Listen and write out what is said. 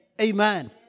Amen